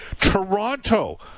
Toronto